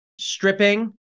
stripping